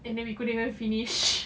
and then we couldn't even finish